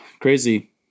Crazy